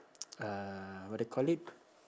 uh what they call it